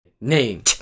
Name